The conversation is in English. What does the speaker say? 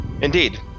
Indeed